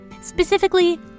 specifically